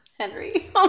Henry